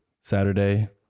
Saturday